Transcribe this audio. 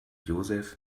joseph